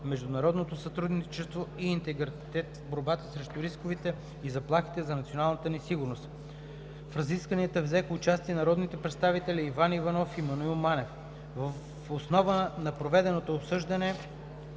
международно сътрудничество и интегритет в борбата срещу рисковете и заплахите за националната ни сигурност. В разискванията взеха участие народните представители Иван Иванов и Маноил Манев. Въз основа на проведеното обсъждане